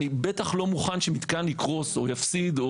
אני בטח לא מוכן שמתקן יקרוס או יפסיד.